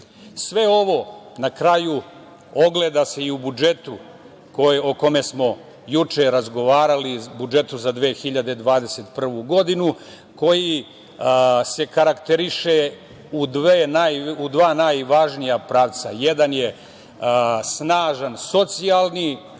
ovo na kraju ogleda se i u budžetu o kome smo juče razgovarali, budžetu za 2021. godinu, koji se karakteriše u dva najvažnija pravca. Jedan je snažan socijalni